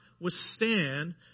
withstand